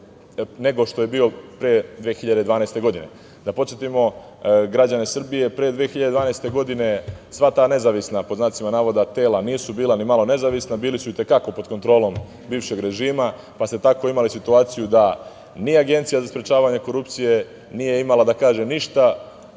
nego što je bio pre 2012. godine. Da podsetimo građane Srbije, pre 2012. godine sva ta nezavisna, pod znacima navoda, tela nisu bila ni malo nezavisna. Bili su i te kako pod kontrolom bivšeg režima, pa ste tako imali situaciju da ni Agencija za sprečavanje korupcije nije imala ništa